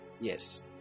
yes